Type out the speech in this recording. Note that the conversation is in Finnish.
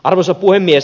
arvoisa puhemies